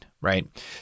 right